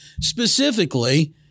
specifically